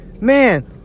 man